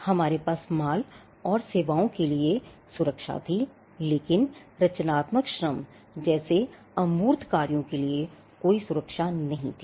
हमारे पास माल और सेवाओं के लिए सुरक्षा थी लेकिन रचनात्मक श्रम जैसे अमूर्त को गति दी